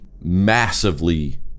massively